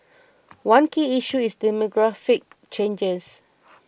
one key issue is demographic changes